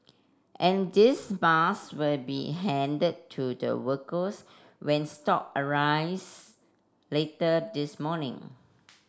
and these maths will be handed to the workers when stock arrives later this morning